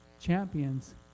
Champions